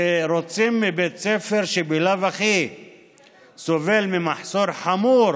בית הספר, שבלאו הכי סובל ממחסור חמור